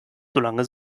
solange